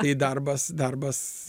tai darbas darbas